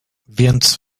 więc